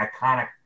iconic